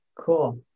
Cool